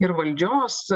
ir valdžios